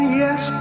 yes